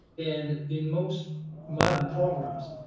in in most modern programs,